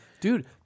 Dude